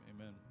amen